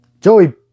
Joey